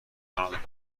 پرداخت